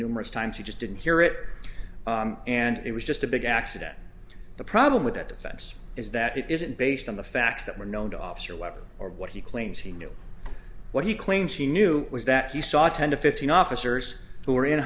numerous times you just didn't hear it and it was just a big accident the problem with that defense is that it isn't based on the facts that were known to officer weber or what he claims he knew what he claims he knew was that he saw ten to fifteen officers who were in